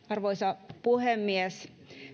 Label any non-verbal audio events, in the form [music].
[unintelligible] arvoisa puhemies